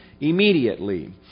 immediately